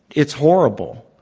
it's horrible.